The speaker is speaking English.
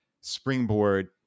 springboard